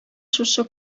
шушы